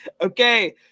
Okay